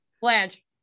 Blanche